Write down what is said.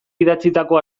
idatzitako